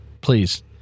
please